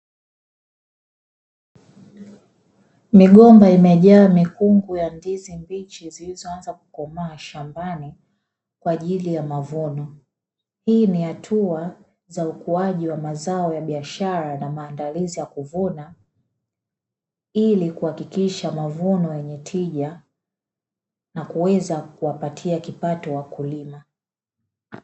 Migomba imejaa mikungu ya ndizi mbichi zilizoanza kukomaa mashambani kwa ajili ya mavuno. Hii ni hatua za ukuaji wa mazao ya biashara na maandalizi ya kuvuna ili kuhakikisha mavuno yenye tija na kuweza kuwapatia kipato wakulima.